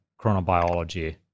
chronobiology